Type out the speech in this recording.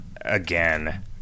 again